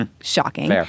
shocking